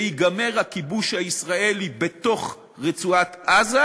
שייגמר הכיבוש הישראלי בתוך רצועת-עזה,